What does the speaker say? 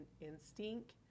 instinct